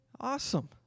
Awesome